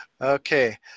Okay